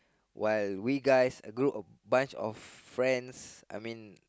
while we guys a group a bunch of friends I mean